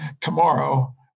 tomorrow